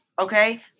okay